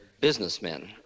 businessmen